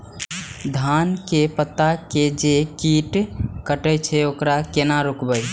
धान के पत्ता के जे कीट कटे छे वकरा केना रोकबे?